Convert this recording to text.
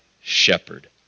shepherd